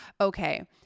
okay